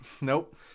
nope